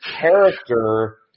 character